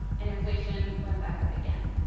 and inflation went back up again.